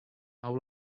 how